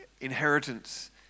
inheritance